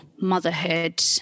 motherhood